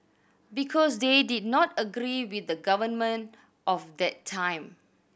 because they did not agree with the government of that time